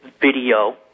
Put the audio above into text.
video